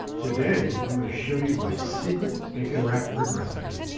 today i'm going to show you my secret bacon wrapped rib recipe,